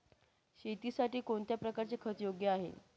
शेतीसाठी कोणत्या प्रकारचे खत योग्य आहे?